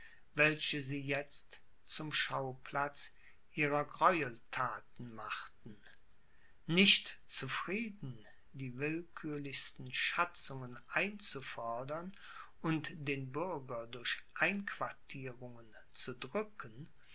welche sie jetzt zum schauplatz ihrer gräuelthaten machten nicht zufrieden die willkürlichsten schatzungen einzufordern und den bürger durch einquartierungen zu